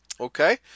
Okay